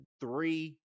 three